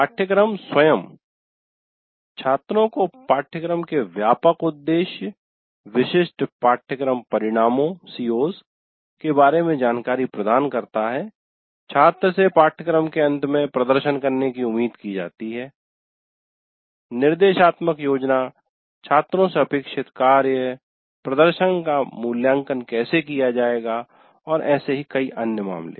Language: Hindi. पाठ्यक्रम स्वयं छात्रों को पाठ्यक्रम के व्यापक उद्देश्य विशिष्ट पाठ्यक्रम परिणामों CO's के बारे में जानकारी प्रदान करता है छात्र से पाठ्यक्रम के अंत में प्रदर्शन करने की उम्मीद की जाती है निर्देशात्मक योजना छात्रों से अपेक्षित कार्य प्रदर्शन का मूल्यांकन कैसे किया जाएगा और ऐसे ही कई अन्य मामले